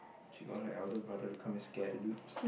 she got her elder brother to come and scare the dude